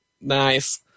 Nice